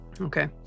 Okay